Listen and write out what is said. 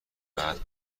بعده